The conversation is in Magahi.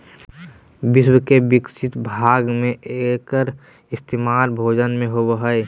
विश्व के विकसित भाग में एकर इस्तेमाल भोजन में होबो हइ